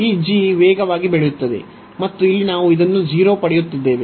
ಈ g ವೇಗವಾಗಿ ಬೆಳೆಯುತ್ತದೆ ಮತ್ತು ಇಲ್ಲಿ ನಾವು ಇದನ್ನು 0 ಪಡೆಯುತ್ತಿದ್ದೇವೆ